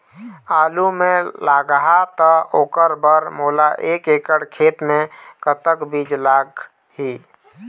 आलू मे लगाहा त ओकर बर मोला एक एकड़ खेत मे कतक बीज लाग ही?